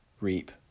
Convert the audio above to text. reap